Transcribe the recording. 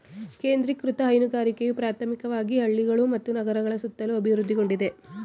ಕೇಂದ್ರೀಕೃತ ಹೈನುಗಾರಿಕೆಯು ಪ್ರಾಥಮಿಕವಾಗಿ ಹಳ್ಳಿಗಳು ಮತ್ತು ನಗರಗಳ ಸುತ್ತಲೂ ಅಭಿವೃದ್ಧಿಗೊಂಡಿದೆ